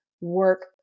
Work